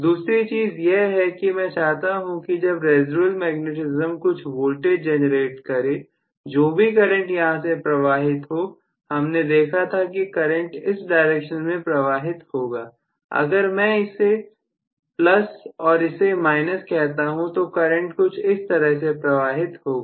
दूसरी चीज यह है कि मैं चाहता हूं कि जब रेसीडुएल मैग्नेटिज्म कुछ वोल्टेज जनरेट करें जो भी करंट यहां से प्रवाहित हो हमने देखा था कि करंट इस डायरेक्शन में प्रवाहित होगा अगर मैं इसे प्लस और इसे कहता हूं तो करंट कुछ इस तरह से प्रवाहित होगा